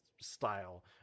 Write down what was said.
style